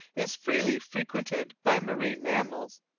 is freely frequented by marine mammals.